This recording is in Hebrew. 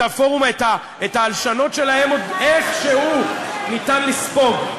את ההלשנות שלהם עוד איכשהו אפשר לספוג,